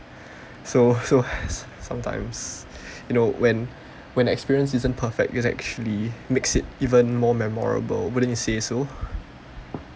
so so sometimes you know when when experience isn't perfect it's actually makes it even more memorable wouldn't you say so